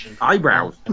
eyebrows